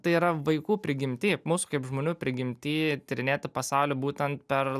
tai yra vaikų prigimty mūsų kaip žmonių prigimty tyrinėti pasaulį būtent per